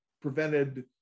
prevented